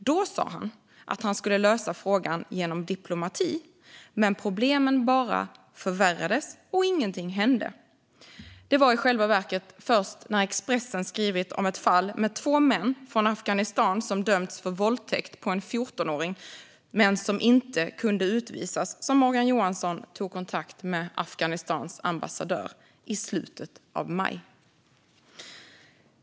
Då sa han att han skulle lösa frågan genom diplomati. Men problemen bara förvärrades, och ingenting hände. Det var i själva verket först när Expressen skrivit om ett fall med två män från Afghanistan som dömts för våldtäkt på en 14-åring, men som inte kunde utvisas, som Morgan Johansson tog kontakt med Afghanistans ambassadör i slutet av maj.